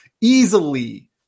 easily